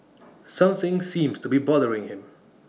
something seems to be bothering him